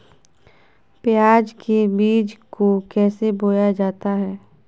प्याज के बीज को कैसे बोया जाता है?